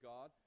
God